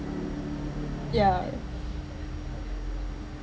yeah